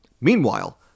Meanwhile